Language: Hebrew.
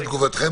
של כמה?